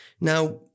Now